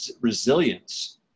resilience